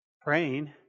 praying